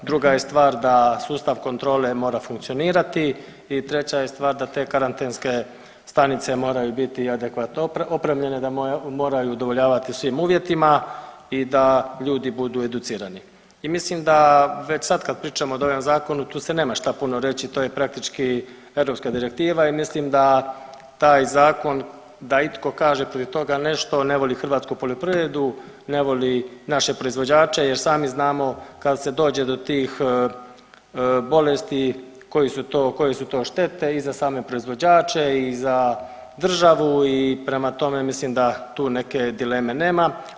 Druga je stvar da sustav kontrole mora funkcionirati i treća je stvar da te karantenske stanice moraju biti adekvatno opremljene, da moraju udovoljavati svim uvjetima i da ljudi budu educirani i mislim da već sad kad pričamo o ovom zakonu, tu se nema šta puno reći, to je praktički europska direktiva i mislim da taj Zakon, da itko kaže protiv toga nešto ne voli hrvatsku poljoprivredu, ne voli naše proizvođače jer sami znamo, kad se dođe do tih bolesti, koji su to, koje su to štete i za same proizvođače i za državu i prema tome, mislim da tu neke dileme nema.